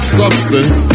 substance